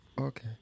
okay